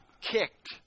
kicked